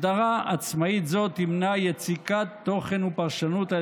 הגדרה עצמאית זאת תמנע יציקת תוכן או פרשנות על